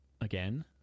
Again